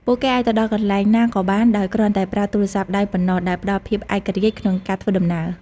ពួកគេអាចទៅដល់កន្លែងណាក៏បានដោយគ្រាន់តែប្រើទូរស័ព្ទដៃប៉ុណ្ណោះដែលផ្តល់ភាពឯករាជ្យក្នុងការធ្វើដំណើរ។